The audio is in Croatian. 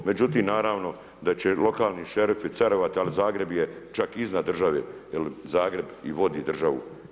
Međutim, naravno, da će lokalni šerif carevat, ali Zagreb je čak i iznad države, jer Zagreb i vodi državu.